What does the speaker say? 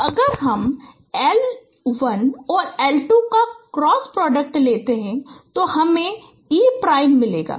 तो अगर हम एल 1 और एल 2 का क्रॉस प्रोडक्ट लेते है हमें e प्राइम मिलेगा